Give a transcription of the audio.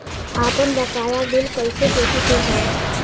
आपन बकाया बिल कइसे देखे के हौ?